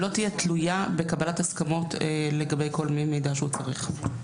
שלא תהיה תלויה בקבלת הסכמות לגבי כל מידע שהוא צריך.